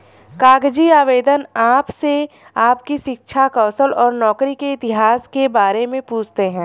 कागजी आवेदन आपसे आपकी शिक्षा, कौशल और नौकरी के इतिहास के बारे में पूछते है